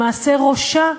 למעשה ראשה,